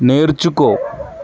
నేర్చుకో